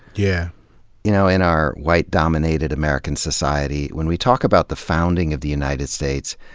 yeah you know, in our white dominated american society, when we talk about the founding of the united states,